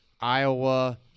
Iowa